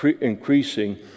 increasing